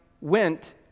went